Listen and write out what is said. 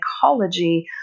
psychology